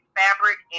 fabric